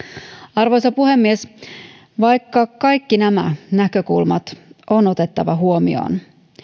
arvoisa puhemies vaikka kaikki nämä näkökulmat on otettava huomioon